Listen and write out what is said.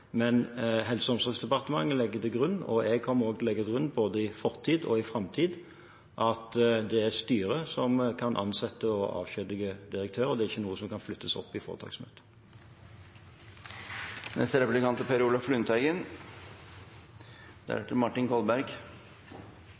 men Helse- og omsorgsdepartementet legger til grunn – og jeg kommer også til å legge til grunn, både i fortid og i framtid – at det er styret som kan ansette og avskjedige en direktør. Det er ikke noe som kan flyttes opp i foretaksmøtet. Det som er